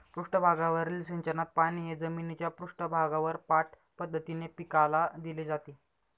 पृष्ठभागावरील सिंचनात पाणी हे जमिनीच्या पृष्ठभागावर पाठ पद्धतीने पिकाला दिले जाते